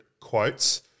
quotes